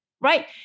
right